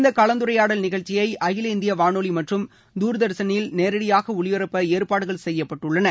இந்த கலந்துரையாடல் நிகழ்ச்சியை அகில இந்திய வானொலி மற்றும் தூர்தர்ஷனில் நேரடியாக ஒலிபரப்ப ஏற்பாடுகள் செய்யப்பட்டுள்ளன